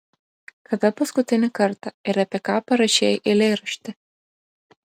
kada paskutinį kartą ir apie ką parašei eilėraštį